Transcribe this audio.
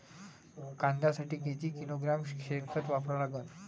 कांद्यासाठी किती किलोग्रॅम शेनखत वापरा लागन?